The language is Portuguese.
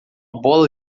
bola